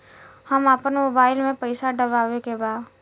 हम आपन मोबाइल में पैसा डलवावे के बा?